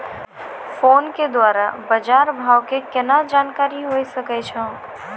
Phone के द्वारा बाज़ार भाव के केना जानकारी होय सकै छौ?